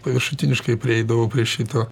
paviršutiniškai prieidavau prie šito